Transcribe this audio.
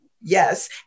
Yes